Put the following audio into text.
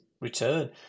return